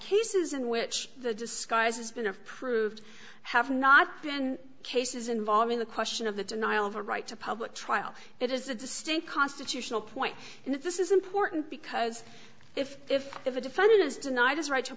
cases in which the disguise has been approved have not been cases involving the question of the denial of a right to public trial it is a distinct constitutional point and if this is important because if if if a defendant is denied his right to a